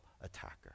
attacker